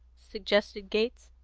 suggested gates.